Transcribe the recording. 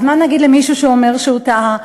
אז מה נגיד למישהו שאומר שהוא טעה?